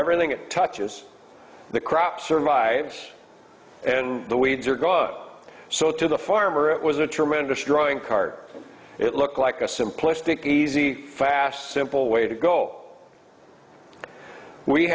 everything it touches the crop survives and the weeds are grow so to the farmer it was a tremendous drawing card it looked like a simplistic easy fast simple way to go we